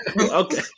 Okay